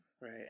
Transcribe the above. right